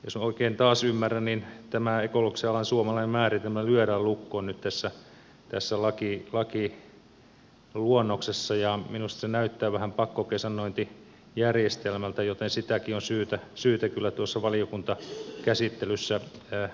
jos minä oikein taas ymmärrän niin tämä ekologisen alan suomalainen määritelmä lyödään lukkoon nyt tässä lakiluonnoksessa ja minusta se näyttää vähän pakkokesannointijärjestelmältä joten sitäkin on syytä kyllä tuossa valiokuntakäsittelyssä tarkkaan arvioida